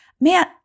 man